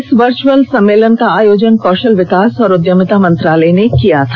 इस वर्चुअल सम्मेलन का आयोजन कौशल विकास और उद्यमिता मंत्रालय ने किया था